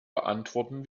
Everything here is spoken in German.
beantworten